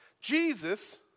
Jesus